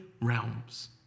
realms